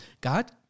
God